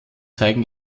zeigen